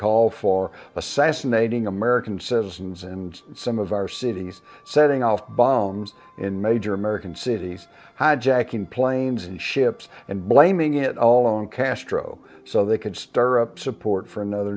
call for assassinating american citizens and some of our cities setting off bombs in major american cities hijacking planes and ships and blaming it all on castro so they could stir up support for another